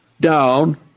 Down